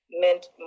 meant